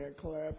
clap